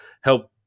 help